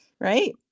right